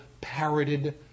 parroted